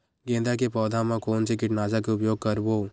गेंदा के पौधा म कोन से कीटनाशक के उपयोग करबो?